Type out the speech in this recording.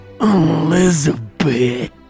elizabeth